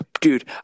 Dude